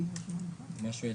הרשת,